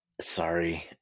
sorry